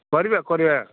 କରିବା କରିବା